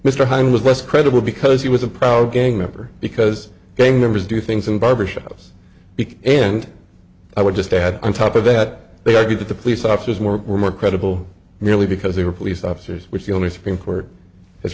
mr huhne was less credible because he was a proud gang member because gang members do things in barbershops because and i would just add on top of that they argued that the police officers more were more credible merely because they were police officers which the only supreme court has